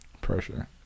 Pressure